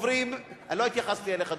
אני לא התייחסתי אליך,